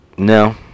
No